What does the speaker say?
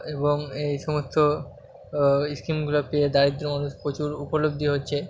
এবং এই সমস্ত স্কিমগুলো পেয়ে দারিদ্র মানুষ প্রচুর উপলব্ধি হচ্ছে